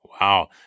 Wow